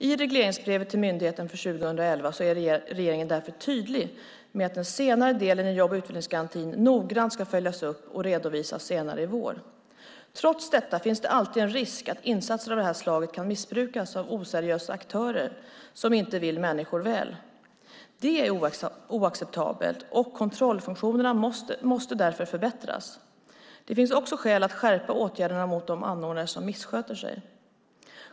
I regleringsbrevet till myndigheten för 2011 är regeringen därför tydlig med att den senare delen i jobb och utvecklingsgarantin noggrant ska följas upp och redovisas senare i år. Trots detta finns det alltid en risk att insatser av det här slaget kan missbrukas av oseriösa aktörer som inte vill människor väl. Det är oacceptabelt, och kontrollfunktionerna måste därför förbättras. Det finns också skäl att skärpa åtgärderna mot de anordnare som missköter sig.